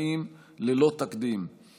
צעדים שטרם הכרנו במדינת ישראל בכלל ובכנסת בפרט.